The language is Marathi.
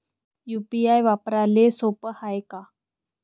यू.पी.आय वापराले सोप हाय का?